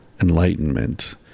enlightenment